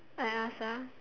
I ask ah